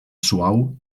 suau